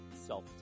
self